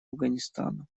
афганистану